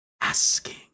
asking